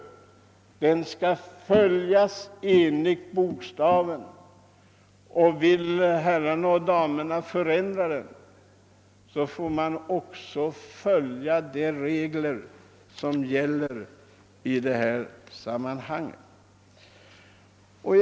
Den skall följas enligt bokstaven. Om herrarna och damerna vill förändra den, skall ni också följa de regler som gäller för en sådan förändring.